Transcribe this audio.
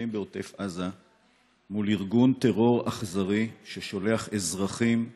שניצבים בעוטף עזה מול ארגון טרור אכזרי ששולח אזרחים צעירים,